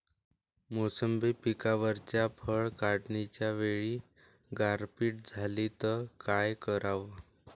मोसंबी पिकावरच्या फळं काढनीच्या वेळी गारपीट झाली त काय कराव?